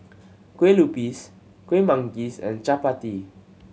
Kueh Lupis Kueh Manggis and Chappati